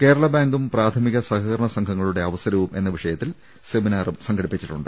കേരള ബാങ്കും പ്രാഥമിക സഹകരണ സംഘ ങ്ങളുടെ അവസരവും എന്ന വിഷയത്തിൽ സെമിനാറും സംഘടിപ്പിച്ചിട്ടുണ്ട്